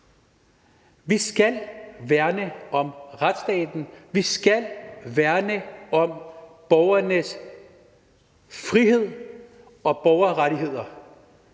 Vi skal værne om retsstaten, vi skal værne om borgernes frihed og borgerrettigheder.